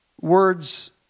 words